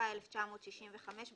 התשכ"ה 1965,